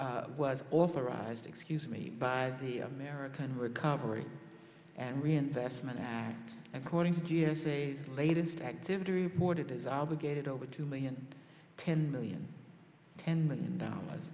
was authorized excuse me by the american recovery and reinvestment act according to latest activity reported is obligated over two million ten million ten million dollars